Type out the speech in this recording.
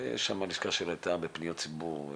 ושם הלשכה שלו הייתה בפניות ציבור --- אלופה.